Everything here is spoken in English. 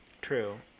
True